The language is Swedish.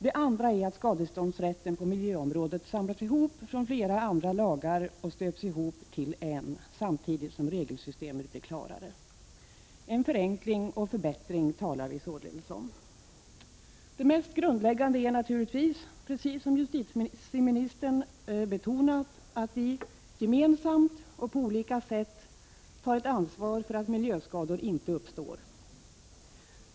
Det andra är att skadeståndsrätten på miljöområdet samlas ihop från flera andra lagar och stöps ihop till en, samtidigt som regelsystemet blir klarare. En förenkling och förbättring talar vi således om. Det mest grundläggande är naturligtvis, precis som justitieministern betonat, att alla gemensamt på olika sätt tar ett ansvar för att miljöskador inte uppstår.